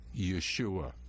Yeshua